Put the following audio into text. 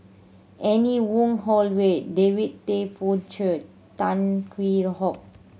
Anne Wong Holloway David Tay Poey Cher Tan Hwee Hock